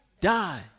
die